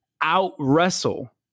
out-wrestle